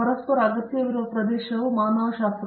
ಪರಸ್ಪರ ಅಗತ್ಯವಿರುವ ಪ್ರದೇಶ ಮಾನವಶಾಸ್ತ್ರ